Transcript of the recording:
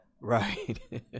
Right